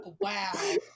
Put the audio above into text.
Wow